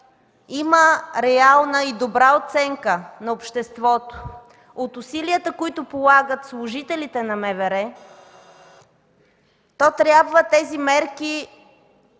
има реална и добра оценка на обществото от усилията, които полагат служителите на МВР, то трябва тези мерки